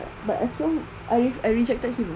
but I keep on I reject I rejected him ah